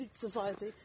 society